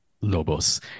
Lobos